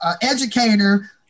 educator